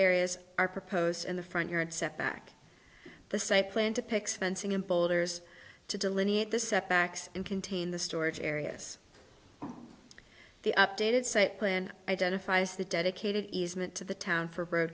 areas are proposed in the front yard setback the site plan to pick fencing and boulders to delineate the setbacks and contain the storage areas the updated site plan identifies the dedicated easement to the town for bro